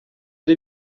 ari